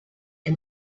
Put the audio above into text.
and